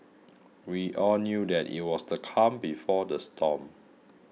we all knew that it was the calm before the storm